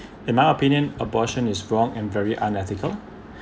in my opinion abortion is wrong and very unethical